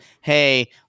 Hey